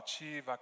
achieve